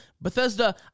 Bethesda